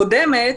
הקודמת.